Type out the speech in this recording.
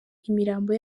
imirambo